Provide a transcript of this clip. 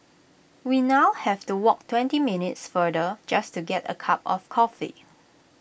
we now have to walk twenty minutes farther just to get A cup of coffee